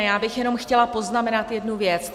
Já bych jenom chtěla poznamenat jednu věc.